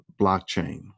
blockchain